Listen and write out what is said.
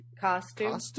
costume